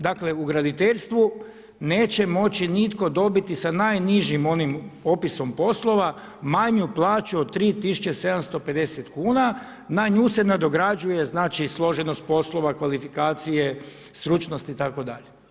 Dakle, u graditeljstvu neće moći nitko dobiti sa najnižim onim opisom poslova manju plaću od 3750 kuna, na nju se nadograđuje, znači složenost poslova, kvalifikacije, stručnost itd.